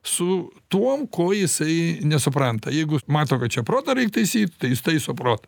su tuom ko jisai nesupranta jeigu jis mato kad čia protą reik taisyt tai jis taiso protą